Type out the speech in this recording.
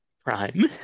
Prime